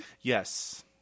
Yes